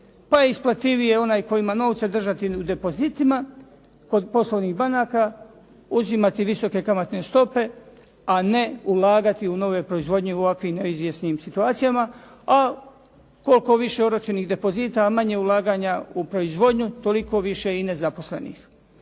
pa je isplativije onaj koji ima novce držati u depozitima kod poslovnih banaka, uzimati visoke kamatne stope, a ne ulagati u nove proizvodnje u ovakvim izvjesnim situacijama, a koliko više oročenih depozita, a manje ulaganja u proizvodnju, toliko više i nezaposlenih.